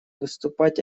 выступать